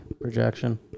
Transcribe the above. projection